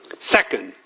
second,